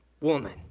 woman